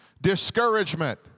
discouragement